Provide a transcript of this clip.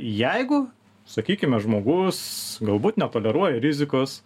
jeigu sakykime žmogus galbūt netoleruoja rizikos